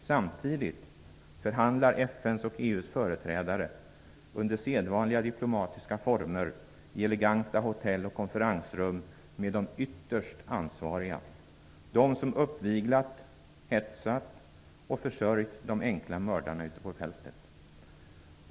Samtidigt förhandlar FN:s och EU:s företrädare under sedvanliga diplomatiska former i eleganta hotell och konferensrum med de ytterst ansvariga, de som uppviglat, hetsat och försörjt de enkla mördarna ute på fältet.